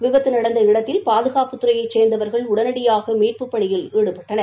விபத்து நடந்த இடத்தில் பாதுகாப்பு துறையைச் சேந்தவா்கள் உடனடியாக மீட்புப் பணியில் ஈடுபட்டனர்